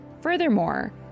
Furthermore